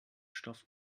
stoff